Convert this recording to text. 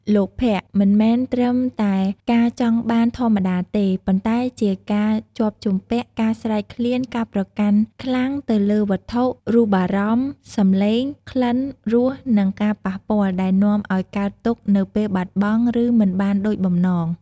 លោភៈ មិនមែនត្រឹមតែការចង់បានធម្មតាទេ ប៉ុន្តែជាការជាប់ជំពាក់ ការស្រេកឃ្លាន ការប្រកាន់ខ្លាំងទៅលើវត្ថុ រូបារម្មណ៍ សំឡេង ក្លិន រស និងការប៉ះពាល់ ដែលនាំឱ្យកើតទុក្ខនៅពេលបាត់បង់ ឬមិនបានដូចបំណង។